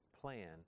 plan